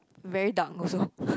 very dark also